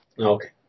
Okay